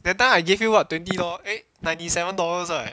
that time I give you what twenty dollar eh ninety seven dollars right